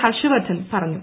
ഹർഷ് വർധൻ പറഞ്ഞു